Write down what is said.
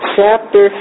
Chapter